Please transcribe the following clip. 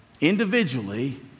individually